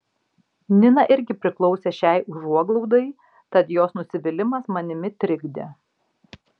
nina irgi priklausė šiai užuoglaudai tad jos nusivylimas manimi trikdė